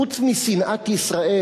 חוץ משנאת ישראל,